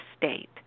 state